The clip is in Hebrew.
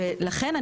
לכן,